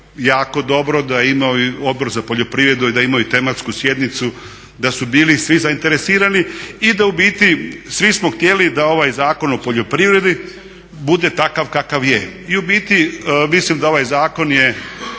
jako dobro, da je imao i, Odbor za poljoprivredu, da je imao i tematsku sjednicu, da su bili svi zainteresirani. I da u biti svi smo htjeli da ovaj Zakon o poljoprivredi bude takav kakav je. I u biti mislim da ovaj zakon je